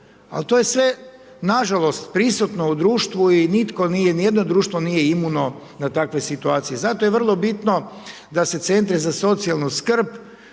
Ali to je sve nažalost prisutno u društvu i nitko nije, ni jedno društvo nije imuno na takve situacije. I zato je vrlo bitno da se centri za socijalnu skrb